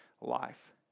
life